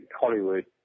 Hollywood